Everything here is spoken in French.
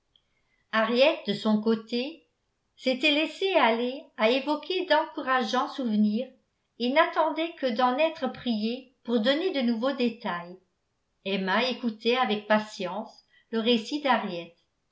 henriette de son côté s'était laissée aller à évoquer d'encourageants souvenirs et n'attendait que d'en être priée pour donner de nouveaux détails emma écoutait avec patience le récit